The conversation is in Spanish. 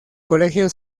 colegio